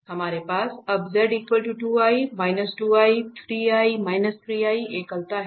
तो हमारे पास अब z 2 i 2 i 3 i 3 i एकलता है